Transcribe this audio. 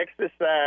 exercise